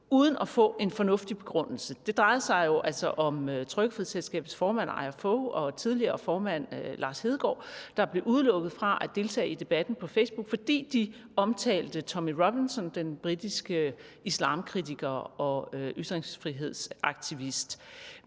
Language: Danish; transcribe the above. uden at få en fornuftig begrundelse. Det drejer sig jo altså om Trykkefrihedsselskabets formand Aia Fog og tidligere formand Lars Hedegaard, der blev udelukket fra at deltage i debatten på Facebook, fordi de omtalte Tommy Robinson, den britiske islamkritiker og ytringsfrihedsaktivist.